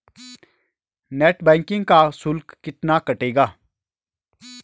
Net banking का शुल्क कितना कटेगा?